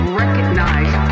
recognize